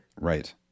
Right